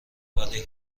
ولی